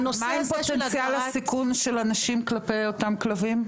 מה עם פוטנציאל הסיכון של אנשים כלפי אותם כלבים?